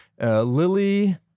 Lily